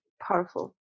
powerful